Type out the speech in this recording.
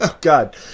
God